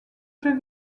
jeux